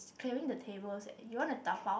she's clearing the tables eh you want to dabao